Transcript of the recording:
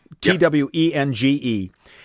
T-W-E-N-G-E